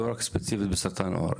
לא רק ספציפית בסרטן העור,